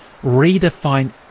redefine